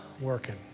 working